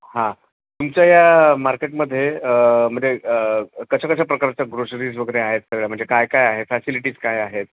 हां तुमच्या या मार्केटमध्ये म्हणजे कशा कशा प्रकारच्या ग्रोसरीज वगैरे आहेत सगळं म्हणजे काय काय आहेत फॅसिलिटीज काय आहेत